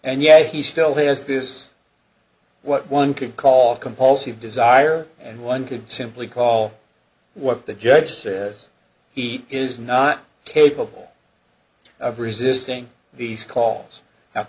and yet he still has this what one could call compulsive desire and one could simply call what the judge said he is not capable of resisting these calls